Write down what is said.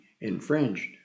infringed